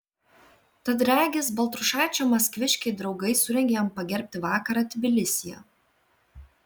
tad regis baltrušaičio maskviškiai draugai ir surengė jam pagerbti vakarą tbilisyje